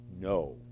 no